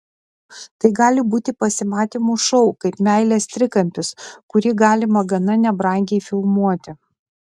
tai gali būti pasimatymų šou kaip meilės trikampis kurį galima gana nebrangiai filmuoti